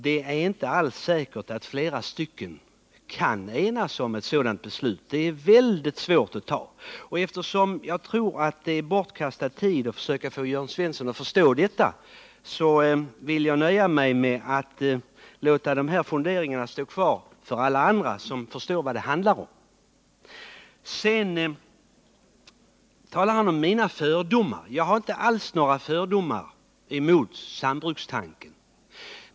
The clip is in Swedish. Det är inte alls säkert att flera kan enas om sådana beslut. De är väldigt svåra att ta. Eftersom jag tror att det är bortkastad tid att försöka få Jörn Svensson att förstå detta, skall jag nöja mig med att låta dessa funderingar stå kvar för alla dem som förstår vad det handlar om. Jörn Svensson talade om mina fördomar. Jag har inte alls några fördomar mot sambrukstanken.